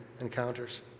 encounters